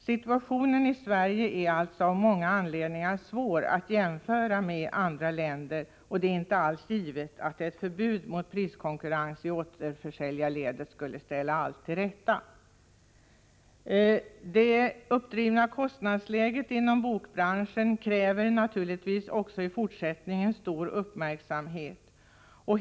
Situationen i Sverige är alltså av många anledningar svår att jämföra med situationen i andra länder, och det är inte alls givet att ett förbud mot priskonkurrens i återförsäljarledet skulle ställa allt till rätta. Det uppdrivna kostnadsläget inom bokbranschen kräver naturligtvis också i fortsättningen stor uppmärksamhet.